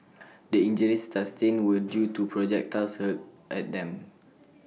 the injuries sustained were due to projectiles hurled at them